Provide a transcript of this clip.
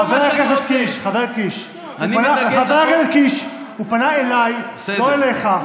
חבר הכנסת קיש, הוא פנה אליי, לא אליך.